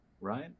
right